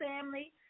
family